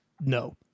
no